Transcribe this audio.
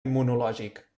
immunològic